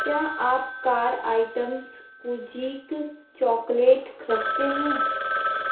क्या आप कार आइटम्स कुजीक चॉकलेट रखते हैं